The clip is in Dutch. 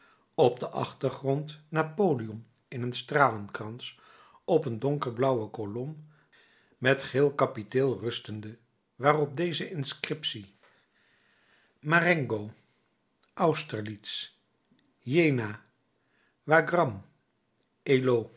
op den achtergrond napoleon in een stralenkrans op een donkerblauwe kolom met geel kapiteel rustende waarop deze inscriptie marengo austerlits jena wagramme